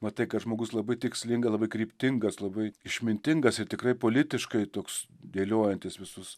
matai kad žmogus labai tikslinga labai kryptingas labai išmintingas ir tikrai politiškai toks dėliojantis visus